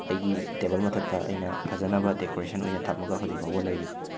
ꯑꯩꯒꯤ ꯇꯦꯕꯜ ꯃꯊꯛꯇ ꯑꯩꯅ ꯐꯖꯅꯕ ꯗꯦꯀꯣꯔꯦꯁꯟ ꯑꯣꯏꯅ ꯊꯝꯃꯒ ꯍꯧꯖꯤꯛ ꯐꯥꯎꯕ ꯂꯩꯔꯤ